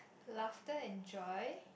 laughter and joy